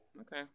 Okay